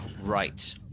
right